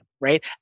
right